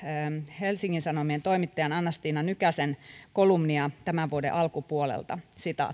helsingin sanomien toimittaja anna stina nykäsen kolumnia tämän vuoden alkupuolelta